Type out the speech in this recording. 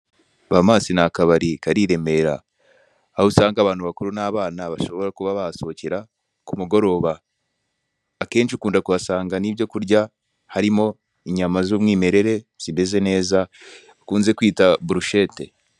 Bahamas ni akabari kari iremera, aho usanga abantu bakuru ni abana bashobora kuba bahasohokera kumugoroba. Akenshi ukunda kuhasanga nibyo kurya, harimo inyama za umwimerere zimeze neza bakunze kwita burushete.